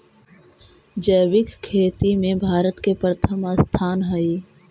जैविक खेती में भारत के प्रथम स्थान हई